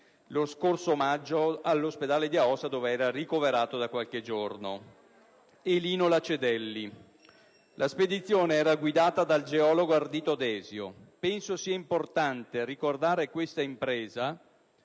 lo scorso maggio all'ospedale di Aosta, dov'era ricoverato da qualche giorno. La spedizione era guidata dal geologo Ardito Desio. Penso sia importante ricordare questa impresa,